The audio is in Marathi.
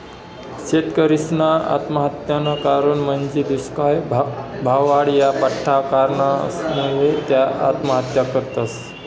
शेतकरीसना आत्महत्यानं कारण म्हंजी दुष्काय, भाववाढ, या बठ्ठा कारणसमुये त्या आत्महत्या करतस